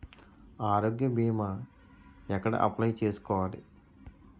ఆరోగ్య భీమా ఎక్కడ అప్లయ్ చేసుకోవాలి?